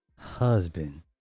Husband